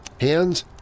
hands